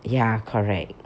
ya correct